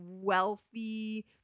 wealthy